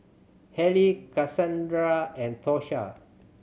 Haley Casandra and Tosha